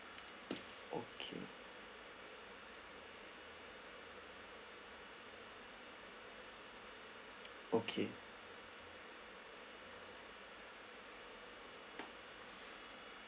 okay okay